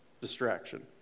distraction